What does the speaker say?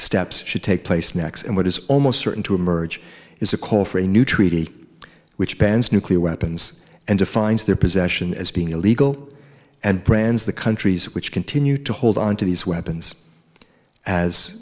steps should take place next and what is almost certain to emerge is a call for a new treaty which bans nuclear weapons and defines their possession as being illegal and brands the countries which continue to hold on to these weapons as